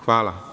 Hvala.